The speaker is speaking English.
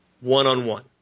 One-on-one